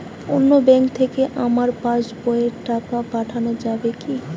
অন্য ব্যাঙ্ক থেকে আমার পাশবইয়ে টাকা পাঠানো যাবে কি?